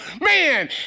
Man